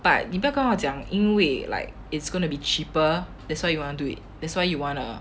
but 你不要跟我讲因为 like it's gonna be cheaper that's why you want to it that's why you wanna